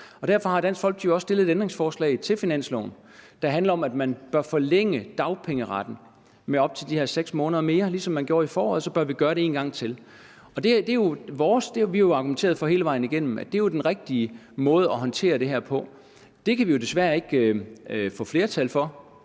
derfor har Dansk Folkeparti også stillet et ændringsforslag til finansloven, der handler om, at man bør forlænge dagpengeretten med op til de her 6 måneder mere. Ligesom man gjorde det i foråret, bør vi gøre det én gang til. Vi har jo argumenteret for hele vejen igennem, at det er den rigtige måde at håndtere det her på. Det kan vi jo desværre ikke få flertal for.